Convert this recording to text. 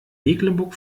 mecklenburg